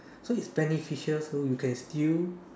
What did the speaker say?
so it is beneficial so you can still